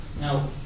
Now